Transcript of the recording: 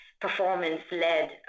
performance-led